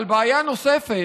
אבל בעיה נוספת,